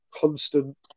constant